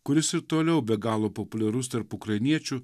kuris ir toliau be galo populiarus tarp ukrainiečių